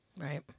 Right